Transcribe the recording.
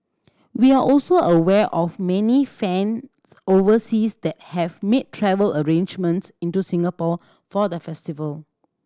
we are also aware of many fans overseas that have made travel arrangements into Singapore for the festival